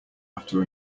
after